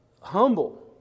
humble